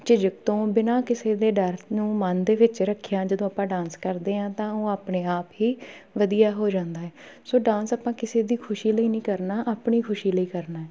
ਝਿਜਕ ਤੋਂ ਬਿਨਾਂ ਕਿਸੇ ਦੇ ਡਰ ਨੂੰ ਮਨ ਦੇ ਵਿੱਚ ਰੱਖਿਆ ਜਦੋਂ ਆਪਾਂ ਡਾਂਸ ਕਰਦੇ ਹਾਂ ਤਾਂ ਉਹ ਆਪਣੇ ਆਪ ਹੀ ਵਧੀਆ ਹੋ ਜਾਂਦਾ ਹੈ ਸੋ ਡਾਂਸ ਆਪਾਂ ਕਿਸੇ ਦੀ ਖੁਸ਼ੀ ਲਈ ਨਹੀਂ ਕਰਨਾ ਆਪਣੀ ਖੁਸ਼ੀ ਲਈ ਕਰਨਾ